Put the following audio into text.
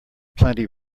plenty